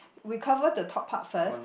we cover the top part first